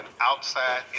outside